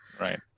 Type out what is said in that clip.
right